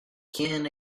can